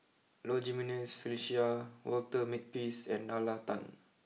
Low Jimenez Felicia Walter Makepeace and Nalla Tan